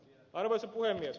arvoisa puhemies